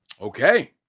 okay